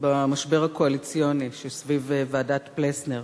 במשבר הקואליציוני שסביב ועדת-פלסנר.